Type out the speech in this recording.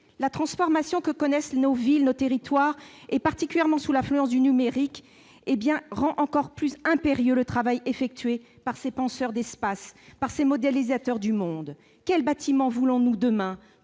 La transformation que connaissent nos villes, nos territoires, particulièrement sous l'influence du numérique, rend encore plus impérieux le travail effectué par ces penseurs d'espace, par ces modélisateurs du monde. Quels bâtiments voulons-nous demain ?